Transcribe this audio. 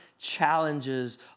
challenges